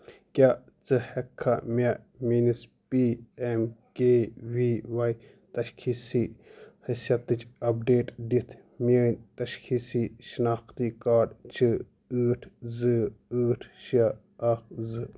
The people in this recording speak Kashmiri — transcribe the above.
کیٛاہ ژٕ ہٮ۪ککھا مےٚ میٛٲنِس P M K V Y تشخیصی حیثیتٕچ اَپڈیٹ دِتھ میٛٲنۍ تشخیصی شناختی کارڈ چھِ ٲٹھ زٕ ٲٹھ شےٚ اکھ زٕ